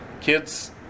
Kids